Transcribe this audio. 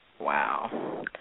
Wow